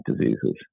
diseases